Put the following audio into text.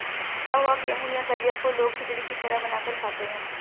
टुटा हुआ गेहूं या दलिया को लोग खिचड़ी की तरह बनाकर खाते है